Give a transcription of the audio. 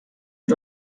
und